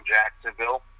Jacksonville